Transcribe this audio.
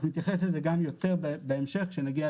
אנחנו נתייחס לזה גם יותר בהמשך כשנתייחס